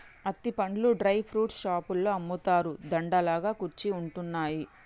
అత్తి పండ్లు dry fruits షాపులో అమ్ముతారు, దండ లాగా కుచ్చి ఉంటున్నాయి